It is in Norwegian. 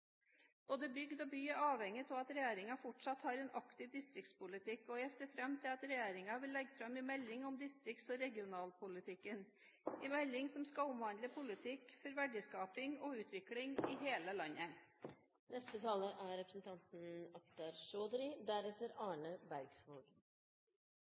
bygd og by er avhengig av at regjeringen fortsatt har en aktiv distriktspolitikk, og jeg ser fram til at regjeringen vil legge fram en melding om distrikts- og regionalpolitikken, en melding som skal omhandle politikk for verdiskaping og utvikling i hele landet. Utdanning er